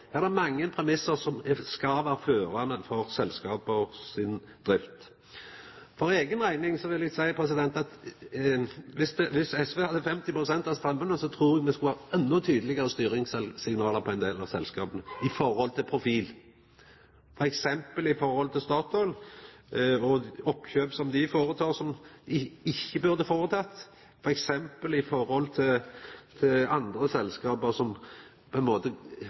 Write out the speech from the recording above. Det er mange premissar som skal vera førande for selskap si drift. For eiga rekning vil eg seia at dersom SV hadde hatt 50 pst. av stemmene, trur eg me skulle ha hatt endå tydelegare styringssignal for ein del av selskapa når det gjeld profil, f.eks. for Statoil og oppkjøp som dei gjer, og som ikkje burde ha blitt gjort, og for andre selskap som gjer ting som